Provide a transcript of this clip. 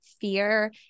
fear